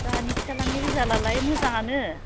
जाहानि फिसाज्लानि रिजाल्टआलाय मोजाङानो